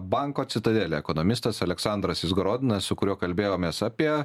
banko citadelė ekonomistas aleksandras izgorodinas su kuriuo kalbėjomės apie